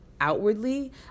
outwardly